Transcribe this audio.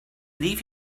leave